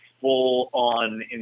full-on